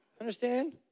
Understand